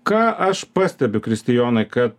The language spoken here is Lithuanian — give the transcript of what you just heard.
ką aš pastebiu kristijonai kad